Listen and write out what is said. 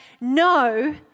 no